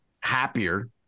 happier